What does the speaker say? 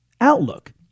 outlook